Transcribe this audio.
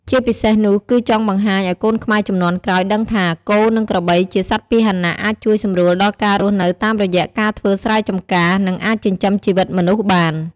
ជាពិសេសនោះគឺចង់បង្ហាញឱ្យកូនខ្មែរជំនាន់ក្រោយដឹងថា គោ និងក្របីជាសត្វពាហនៈអាចជួយសម្រួលដល់ការរស់នៅតាមរយៈការធ្វើស្រែចម្ការ និងអាចចិញ្ចឹមជីវិតមនុស្សបាន។